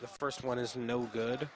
the first one is no good